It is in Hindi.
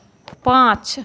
पाँच